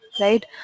right